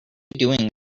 doing